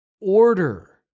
order